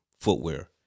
footwear